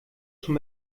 schon